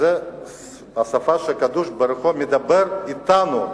וזו השפה שהקדוש-ברוך-הוא מדבר בה אתנו.